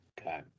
Okay